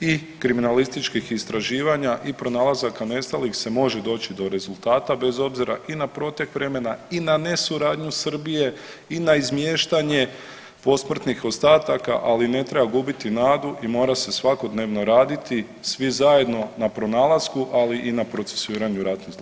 i kriminalističkih istraživanja i pronalazaka nestalih se može doći do rezultata, bez obzira i na protek vremena i na nesuradnju Srbije i na izmiještanje posmrtnih ostataka, ali ne treba gubiti nadu i mora se svakodnevno raditi svi zajedno na pronalasku, ali i na procesuiranju ratnih zločina.